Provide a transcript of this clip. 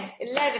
eleven